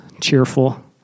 cheerful